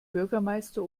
bürgermeister